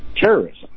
terrorism